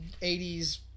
80s